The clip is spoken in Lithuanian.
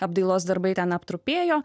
apdailos darbai ten aptrupėjo